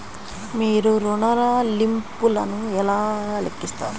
మీరు ఋణ ల్లింపులను ఎలా లెక్కిస్తారు?